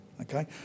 okay